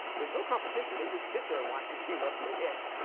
there's no competition, they just sit there and watch the females lay eggs.